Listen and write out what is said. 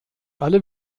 alle